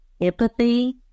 empathy